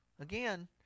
again